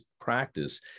practice